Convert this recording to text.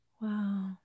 Wow